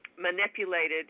manipulated